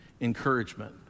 encouragement